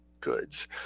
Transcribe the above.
goods